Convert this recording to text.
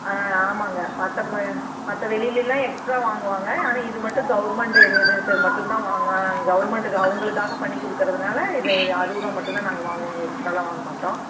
ஆ ஆமாம்ங்க மற்ற மத்த வெளிலல்லாம் எக்ஸ்ட்ரா வாங்குவாங்க ஆனால் இது மட்டும் கவுர்மெண்ட்டு நிர்ணயிச்சது மட்டும்தான் வாங்க கவுர்மெண்டுக்கு அவங்களுக்காக பண்ணிக் கொடுக்கறதுனால இது இது அறுபதுருவா மட்டும்தான் நாங்கள் வாங்குவோம் இங்கே எக்ஸ்ட்ரா எல்லாம் வாங்க மாட்டோம்